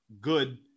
good